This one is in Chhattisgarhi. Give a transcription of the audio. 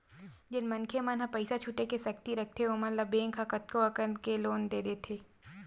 जेन मनखे मन ह पइसा छुटे के सक्ति रखथे ओमन ल बेंक ह कतको अकन ले लोन दे देथे